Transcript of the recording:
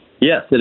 Yes